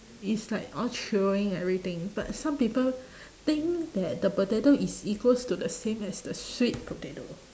it's like all chewing everything but some people think that the potato is equals to the same as the sweet potato